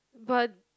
but